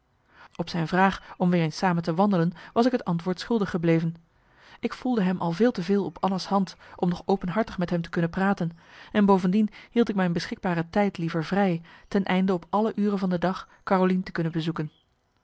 op zijn vraag om weer eens samen te wandelen was ik het antwoord schuldig gebleven ik voelde hem al veel te veel op anna's hand om nog openhartig met hem te kunnen praten en bovendien hield ik mijn beschikbare tijd liever vrij ten einde op alle uren van de dag carolien te kunnen bezoeken